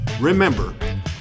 remember